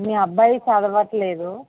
మీ అబ్బాయి చదవట్లేదు